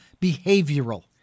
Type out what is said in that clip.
behavioral